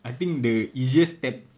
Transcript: I think the easiest step